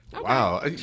wow